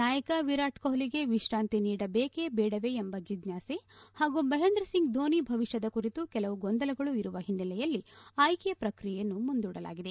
ನಾಯಕ ವಿರಾಟ್ ಕೊಹ್ಲಿಗೆ ವಿಶ್ರಾಂತಿ ನೀಡಬೇಕೇ ಬೇಡವೇ ಎಂಬ ಜಿಜ್ಞಾಸೆ ಹಾಗೂ ಮಹೇಂದ್ರ ಸಿಂಗ್ ಧೋನಿ ಭವಿಷ್ಠದ ಕುರಿತು ಕೆಲವು ಗೊಂದಲಗಳು ಇರುವ ಹಿನ್ನೆಲೆಯಲ್ಲಿ ಆಯ್ಕೆ ಪ್ರಕ್ರಿಯೆಯನ್ನು ಮುಂದೂಡಲಾಗಿದೆ